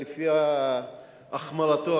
לפי החמרתו,